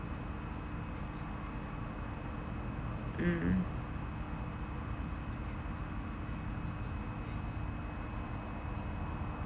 mm